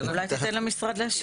אולי תיתן למשרד להשיב.